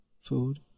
food